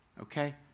okay